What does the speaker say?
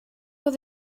was